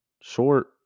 short